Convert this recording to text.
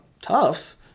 tough